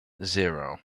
zero